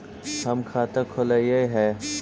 हम खाता खोलैलिये हे?